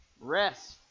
Rest